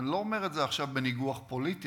אני לא אומר את זה עכשיו בניגוח פוליטי,